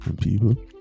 people